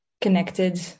connected